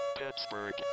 Pittsburgh